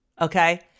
okay